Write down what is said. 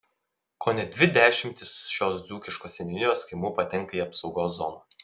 kone dvi dešimtys šios dzūkiškos seniūnijos kaimų patenka į apsaugos zoną